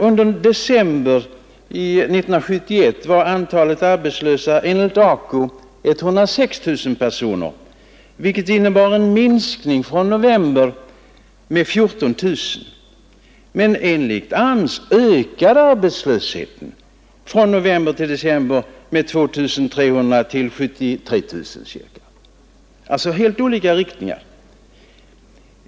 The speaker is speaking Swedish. Under december 1971 var antalet arbetslösa enligt AKU 106 000 personer, vilket innebar en minskning från november med 14 000. Men enligt AMS ökade arbetslösheten från november till december med 2 300 till 73 600. Det är alltså helt olika riktningar.